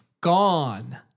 Gone